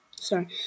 Sorry